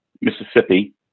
Mississippi